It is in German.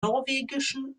norwegischen